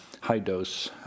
high-dose